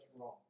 wrong